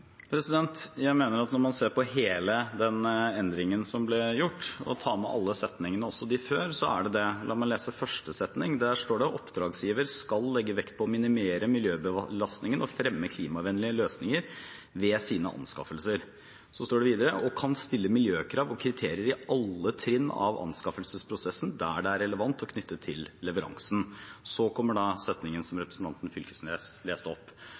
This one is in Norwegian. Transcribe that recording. Jeg mener at når man ser på hele den endringen som ble gjort, og tar med alle setningene, også dem som er foran, er det det. La meg lese første setning. Der står det: «Oppdragsgiveren skal legge vekt på å minimere miljøbelastningen og fremme klimavennlige løsninger ved sine anskaffelser og kan stille miljøkrav og kriterier i alle trinn av anskaffelsesprosessen der det er relevant og knyttet til leveransen.» Så kommer setningen som representanten Knag Fylkesnes leste opp.